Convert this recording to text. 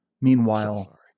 Meanwhile